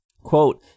Quote